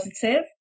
positive